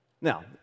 Now